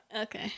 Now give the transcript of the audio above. okay